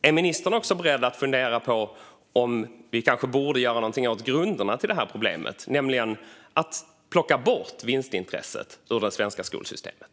Är ministern också beredd att fundera på om vi borde göra något åt grunderna till detta problem, nämligen plocka bort vinstintresset ur det svenska skolsystemet?